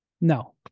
no